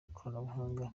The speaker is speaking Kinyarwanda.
ikoranabuhanga